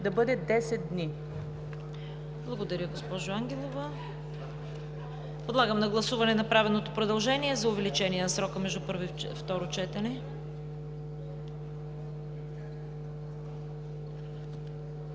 КАРАЯНЧЕВА: Благодаря, госпожо Ангелова. Подлагам на гласуване направеното предложение за увеличаване на срока между първо и второ четене.